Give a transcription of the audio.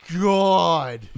god